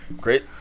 great